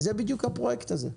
זה בדיוק הפרויקט הזה.